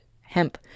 hemp